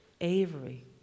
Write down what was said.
Avery